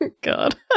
god